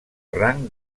rang